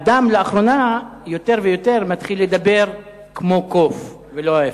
אדם לאחרונה יותר ויותר מתחיל לדבר כמו קוף ולא ההיפך.